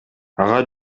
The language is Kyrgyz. ага